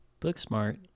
Booksmart